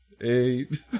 Eight